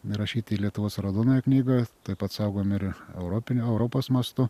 įrašyti į lietuvos raudonąją knygą taip pat saugomi ir europiniu europos mastu